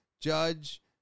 Judge